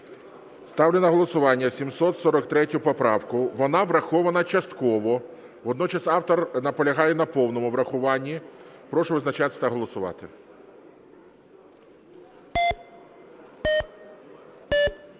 Ставлю на голосування 743 поправку. Вона врахована частково. Водночас автор наполягає на повному врахуванні. Прошу визначатися та голосувати.